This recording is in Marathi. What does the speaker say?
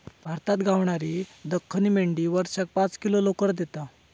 भारतात गावणारी दख्खनी मेंढी वर्षाक पाच किलो लोकर देता